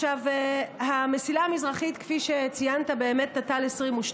המסילה המזרחית, כפי שציינת, תת"ל 22,